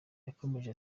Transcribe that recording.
yakomeje